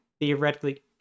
theoretically